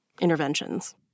interventions